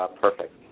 perfect